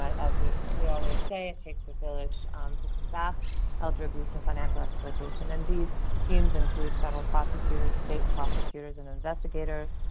we we always say it takes a village to combat elder abuse and financial exploitation, and these teams include federal prosecutors, state prosecutors and investigators,